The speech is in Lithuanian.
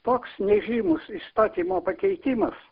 toks nežymus įstatymo pakeitimas